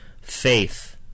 faith